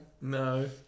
No